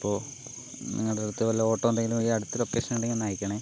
അപ്പോൾ നിങ്ങടടുത്ത് വല്ല ഓട്ടോ എന്തെങ്കിലും ഈ അടുത്ത ലൊക്കേഷനിൽ ഉണ്ടെങ്കിൽ ഒന്ന് അയക്കണേ